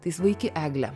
tai svaiki egle